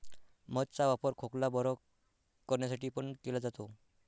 मध चा वापर खोकला बरं करण्यासाठी पण केला जातो